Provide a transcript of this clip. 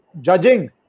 judging